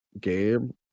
game